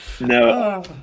No